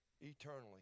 eternally